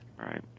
Right